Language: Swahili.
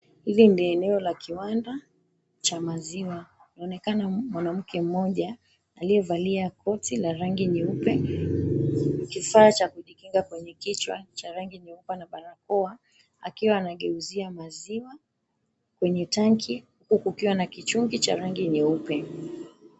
Hili ni eneo la kiwanda cha maziwa inaonekana mwanamke mmoja aliyevalia koti la rangi nyeupe kifaa cha kujikinga kwenye kichwa cha rangi nyeupe na barakoa akiwa anageuzia maziwa kwenye tangi huku kukiwa na kichungi cha rangi nyeupe.